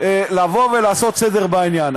לבוא ולעשות סדר בעניין.